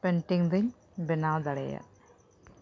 ᱫᱚᱧ ᱵᱮᱱᱟᱣ ᱫᱟᱲᱮᱭᱟᱜ